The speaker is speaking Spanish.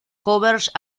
covers